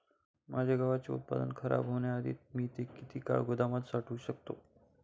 माझे गव्हाचे उत्पादन खराब होण्याआधी मी ते किती काळ गोदामात साठवू शकतो?